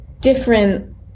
Different